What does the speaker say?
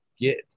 get